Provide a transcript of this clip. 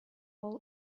all